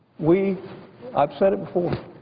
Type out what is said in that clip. we i've said it before.